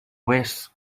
vés